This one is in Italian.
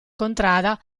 contrada